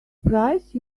price